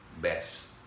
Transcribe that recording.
best